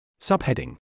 Subheading